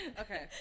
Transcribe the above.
Okay